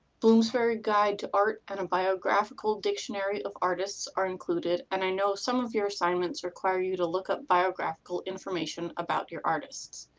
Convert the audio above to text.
bloomsbury guide to art and a biographical dictionary of artists are included and i know some of your assignments require you to look up biographical information about your artists.